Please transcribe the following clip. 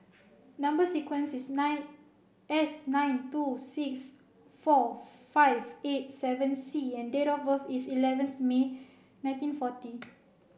number sequence is nine S nine two six four five eight seven C and date of birth is eleventh May nineteen forty